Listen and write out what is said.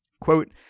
Quote